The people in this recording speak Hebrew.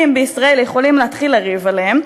בישראל יכולים להתחיל לריב עליהן.